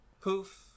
Poof